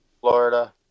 Florida